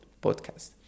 podcast